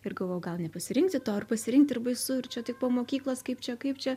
ir galvojau gal nepasirinkti to ar pasirinkti ir baisu ir čia tik po mokyklos kaip čia kaip čia